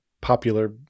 popular